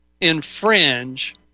infringe